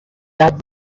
that